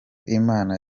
imana